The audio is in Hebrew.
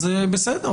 בסדר,